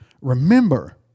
Remember